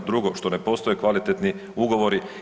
Drugo što ne postoje kvalitetni ugovori.